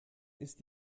ist